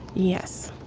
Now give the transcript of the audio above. yes.